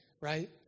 right